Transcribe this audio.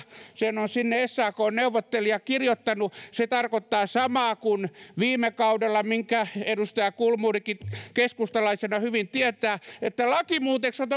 sen on sinne sakn neuvottelija kirjoittanut se tarkoittaa samaa kuin viime kaudella minkä edustaja kulmunikin keskustalaisena hyvin tietää että lakimuutokset